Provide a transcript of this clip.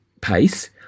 pace